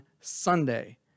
Sunday